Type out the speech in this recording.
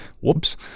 Whoops